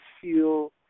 feel